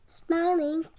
smiling